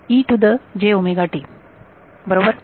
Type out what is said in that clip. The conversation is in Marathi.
E to the j omega t बरोबर